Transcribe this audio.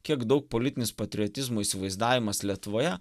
kiek daug politinis patriotizmo įsivaizdavimas lietuvoje